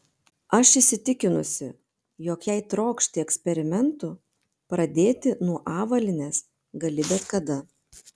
aš įsitikinusi jog jei trokšti eksperimentų pradėti nuo avalynės gali bet kada